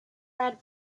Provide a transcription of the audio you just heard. red